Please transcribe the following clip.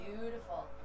beautiful